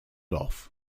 off